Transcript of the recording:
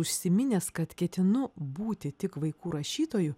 užsiminęs kad ketinu būti tik vaikų rašytoju